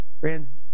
Friends